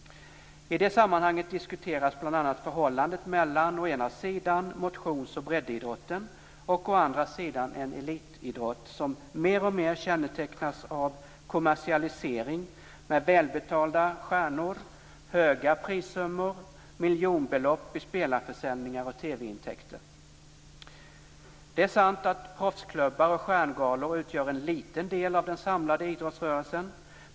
I det sammanhanget diskuteras bl.a. förhållandet mellan å ena sidan motions och breddidrotten och å andra sidan en elitidrott som mer och mer kännetecknas av kommersialisering med välbetalda stjärnor, höga prissummor och miljonbelopp i spelarförsäljningar och TV-intäkter. Det är sant att proffsklubbar och stjärngalor utgör en liten del av den samlade idrottsrörelsen.